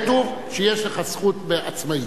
כתוב שיש לך זכות עצמאית.